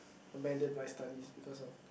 abandon my studies because of